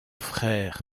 frère